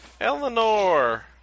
Eleanor